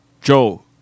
Joe